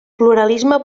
pluralisme